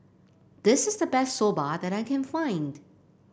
this is the best Soba that I can find